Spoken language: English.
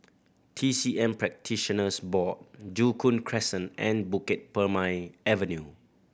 T C M Practitioners Board Joo Koon Crescent and Bukit Purmei Avenue